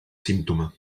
símptoma